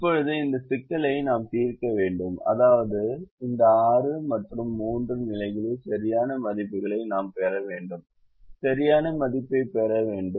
இப்போது இந்த சிக்கலை நாம் தீர்க்க வேண்டும் அதாவது இந்த 6 மற்றும் 3 நிலைகளின் சரியான மதிப்புகளை நாம் பெற வேண்டும் சரியான மதிப்பைப் பெற வேண்டும்